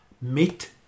Meet